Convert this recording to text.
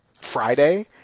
Friday